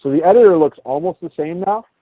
the editor looks almost the same now.